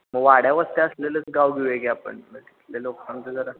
मग वाड्यावस्त्या असलेलंच गाव घेऊ या की आपण मग तिथले लोकांच जरा